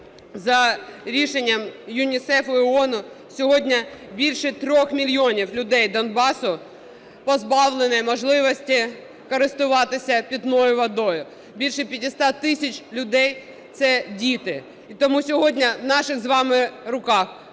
за рішенням ЮНІСЕФ і ООН сьогодні більше 3 мільйонів людей Донбасу позбавлені можливості користуватися питною водою. Більше 500 тисяч людей – це діти. І тому сьогодні в наших з вами руках